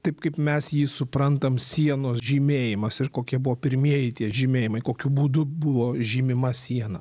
taip kaip mes jį suprantam sienos žymėjimas ir kokie buvo pirmieji tie žymėjimai kokiu būdu buvo žymima siena